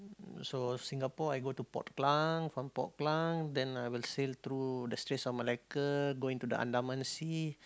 so Singapore I go to Port-Klang from Port-Klang then I will sail through the Straits of Malacca going to the Andaman Sea